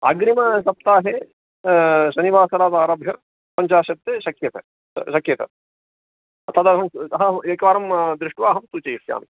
अग्रिमसप्ताहे शनिवासरादरभ्य पञ्चाशत् शक्यते शक्यते तदहम् अतः एकवारं दृष्ट्वा अहं सूचयिष्यामि